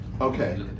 Okay